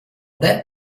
that